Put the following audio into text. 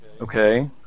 okay